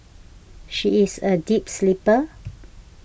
she is a deep sleeper